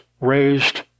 raised